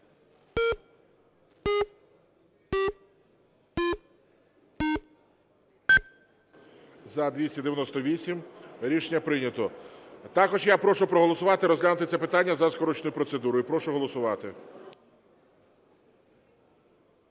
За-298 Рішення прийнято. Також я прошу проголосувати і розглянути це питання за скороченою процедурою. Прошу голосувати.